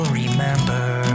remember